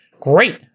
Great